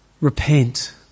repent